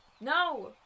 No